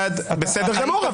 בסדר גמור.